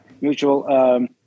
mutual